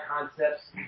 concepts